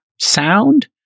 sound